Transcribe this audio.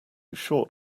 short